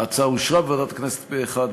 ההצעה אושרה בוועדת הכנסת פה-אחד,